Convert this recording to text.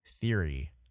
theory